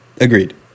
Agreed